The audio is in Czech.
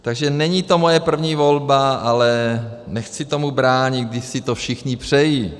Takže není to moje první volba, ale nechci tomu bránit, když si to všichni přejí.